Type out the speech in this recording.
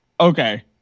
okay